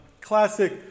classic